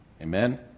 Amen